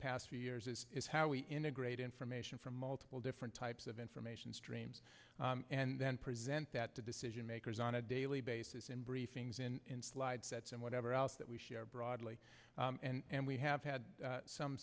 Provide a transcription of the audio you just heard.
past few years is is how we integrate information from multiple different types of information streams and then present that to decision makers on a daily basis in briefings in slide sets and whatever else that we share broadly and we have had some